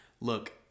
look